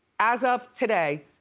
as of today,